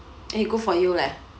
eh good for you leh